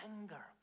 anger